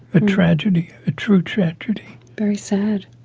a tragedy, a true tragedy. very sad.